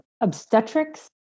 obstetrics